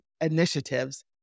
initiatives